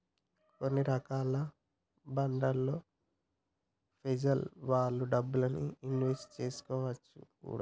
కొన్ని రకాల బాండ్లలో ప్రెజలు వాళ్ళ డబ్బుల్ని ఇన్వెస్ట్ చేసుకోవచ్చును కూడా